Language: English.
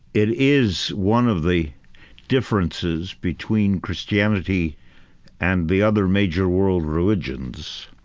it is one of the differences between christianity and the other major world religions,